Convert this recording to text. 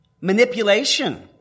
Manipulation